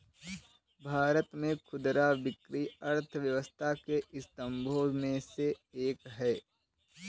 भारत में खुदरा बिक्री अर्थव्यवस्था के स्तंभों में से एक है